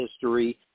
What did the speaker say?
history